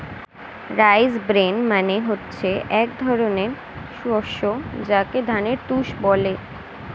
rice bran মানে হচ্ছে এক ধরনের শস্য যাকে ধানের তুষ বলে